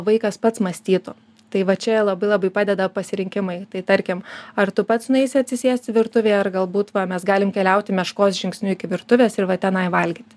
vaikas pats mąstytų tai va čia labai labai padeda pasirinkimai tai tarkim ar tu pats nueisi atsisėsti virtuvėj ar galbūt va mes galim keliauti meškos žingsniu iki virtuvės ir va tenai valgyti